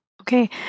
Okay